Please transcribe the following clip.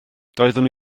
doeddwn